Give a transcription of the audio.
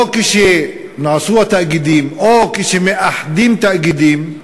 לא כשנעשו התאגידים או כשמאחדים תאגידים,